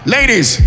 Ladies